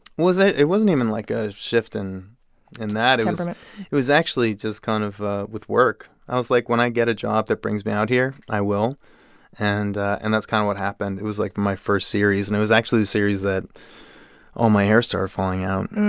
was it it wasn't even like a shift in in that. temperament um it it was actually just kind of with work. i was like, when i get a job that brings me out here, i will and and that's kind of what happened. it was, like, my first series and it was actually the series that all my hair started falling out.